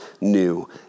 new